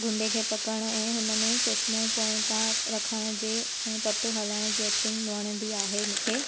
गुंडे खे पकिड़ण ऐं हुन में चश्मो पोयता रखण जे ऐं पट्टो हलाइण जी एक्टिंग वणंदी आहे मूंखे